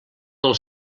del